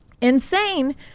Insane